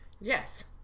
Yes